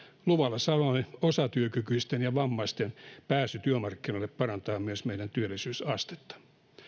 luvalla sanoen osatyökykyisten ja vammaisten pääsy työmarkkinoille parantaa myös meidän työllisyysastettamme